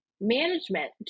management